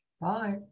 Bye